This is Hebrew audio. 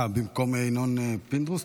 במקום ינון, פינדרוס?